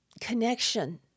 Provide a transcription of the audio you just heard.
connection